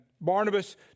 Barnabas